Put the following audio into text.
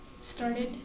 started